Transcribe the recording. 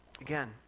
Again